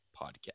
Podcast